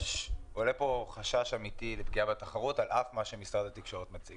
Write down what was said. עולה כאן חשש אמיתי לפגיעה בתחרות על אף מה שמשרד התקשורת מציג.